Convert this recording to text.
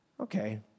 okay